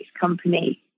company